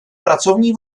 pracovní